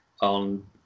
on